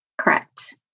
Correct